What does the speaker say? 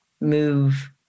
move